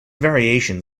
variation